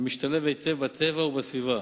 המשתלב היטב בטבע ובסביבה.